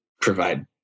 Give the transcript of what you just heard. provide